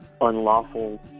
unlawful